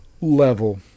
level